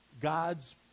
God's